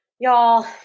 Y'all